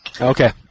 Okay